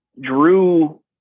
Drew